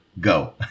Go